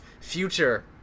future